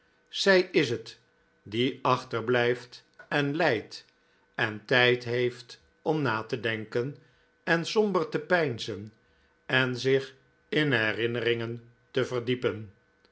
zij is het die achterblijft en lijdt en tijd heeft om te denken en somber te peinzen en zich in herinneringen te verdiepen